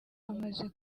amaze